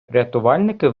рятувальники